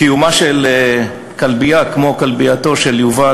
קיומה של כלבייה כמו כלבייתו של יובל